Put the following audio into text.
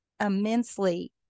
immensely